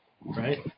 right